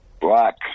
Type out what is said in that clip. black